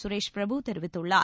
சுரேஷ் பிரபு தெரிவித்துள்ளார்